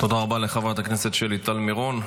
תודה רבה לחברת הכנסת שלי טל מירון.